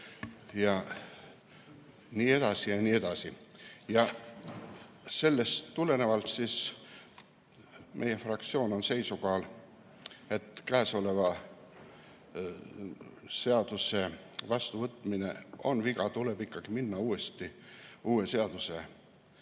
Ja nii edasi ja nii edasi. Sellest tulenevalt on meie fraktsioon seisukohal, et käesoleva seaduse vastuvõtmine on viga, tuleb ikkagi minna uue seaduse